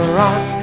rock